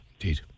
Indeed